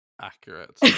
accurate